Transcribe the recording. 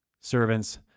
servants